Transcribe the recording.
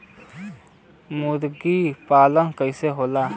मुर्गी पालन कैसे होला?